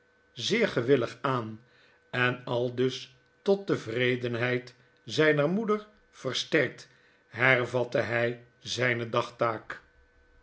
zeer gewillig aan en aldus tot tevredenheid zyner raoeder versterkt hervatte hg zijne daagtaak